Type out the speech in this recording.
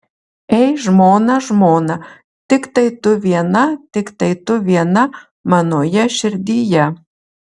ei žmona žmona tiktai tu viena tiktai tu viena manoje širdyje